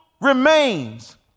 remains